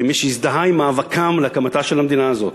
כמי שהזדהה עם מאבקם להקמתה של המדינה הזאת.